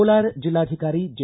ಕೋಲಾರ ಜಿಲ್ಲಾಧಿಕಾರಿ ಜೆ